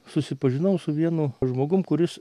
susipažinau su vienu žmogum kuris